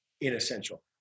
inessential